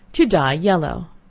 to dye yellow.